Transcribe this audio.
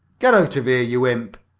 get out of here, you imp!